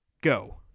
Go